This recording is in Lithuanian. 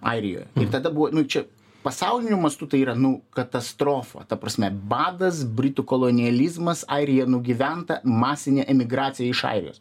airijoj ir tada buvo čia pasauliniu mastu tai yra nu katastrofa ta prasme badas britų kolonializmas airija nugyventa masinė emigracija iš airijos